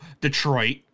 Detroit